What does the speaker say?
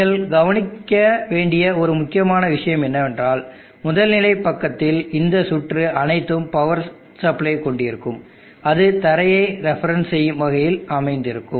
நீங்கள் கவனிக்க வேண்டிய ஒரு முக்கியமான விஷயம் என்னவென்றால் முதல் நிலை பக்கத்தில் இந்த சுற்று அனைத்தும் பவர் சப்ளை கொண்டிருக்கும் அது தரையை ரெஃபரன்ஸ் செய்யும் வகையில் அமைந்திருக்கும்